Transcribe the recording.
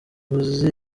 uzi